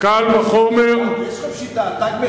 קל וחומר, יש לכם שיטה: תג מחיר.